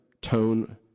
tone